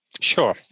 Sure